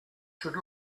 should